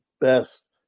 best